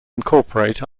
incorporate